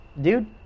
dude